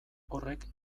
horrek